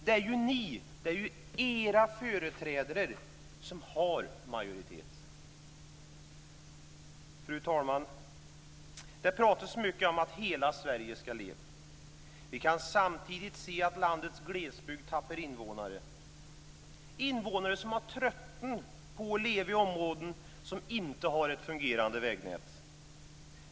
Det är ju ni och era företrädare som har majoritet. Fru talman! Det pratas mycket om att hela Sverige ska leva. Vi kan samtidigt se att landets glesbygd tappar invånare. Invånarna har tröttnat på att leva i områden som inte har ett fungerande vägnät.